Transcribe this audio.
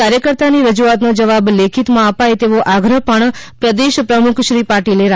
કાર્યકર્તા ની રજૂઆત નો જવાબ લેખિત માં અપાય તેવો આગ્રહ પણ પ્રદેશ પ્રમુખ શ્રી પાટિલે રાખ્યો છે